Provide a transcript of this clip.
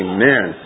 Amen